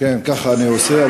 כולם מקבלים.